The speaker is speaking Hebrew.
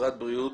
משרד בריאות,